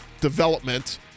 development